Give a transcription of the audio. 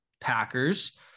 packers